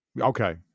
Okay